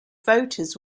voters